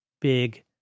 big